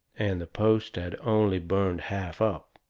and the post had only burned half up.